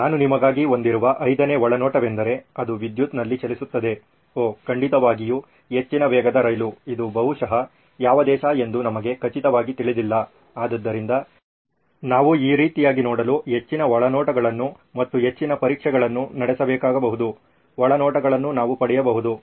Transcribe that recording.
ನಾನು ನಿಮಗಾಗಿ ಹೊಂದಿರುವ ಐದನೇ ಒಳನೋಟವೆಂದರೆ ಅದು ವಿದ್ಯುತ್ನಲ್ಲಿ ಚಲಿಸುತ್ತದೆ ಓಹ್ ಖಂಡಿತವಾಗಿಯೂ ಹೆಚ್ಚಿನ ವೇಗದ ರೈಲು ಇದು ಬಹುಶಃ ಯಾವ ದೇಶ ಎಂದು ನಮಗೆ ಖಚಿತವಾಗಿ ತಿಳಿದಿಲ್ಲ ಆದ್ದರಿಂದ ನಾವು ಈ ರೀತಿಯಾಗಿ ನೋಡಲು ಹೆಚ್ಚಿನ ಒಳನೋಟಗಳನ್ನು ಮತ್ತು ಹೆಚ್ಚಿನ ಪರೀಕ್ಷೆಗಳನ್ನು ನಡೆಸಬೇಕಾಗಬಹುದು ಒಳನೋಟಗಳನ್ನು ನಾವು ಪಡೆಯಬಹುದು